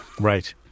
Right